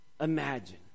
imagine